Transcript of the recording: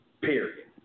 Period